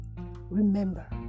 Remember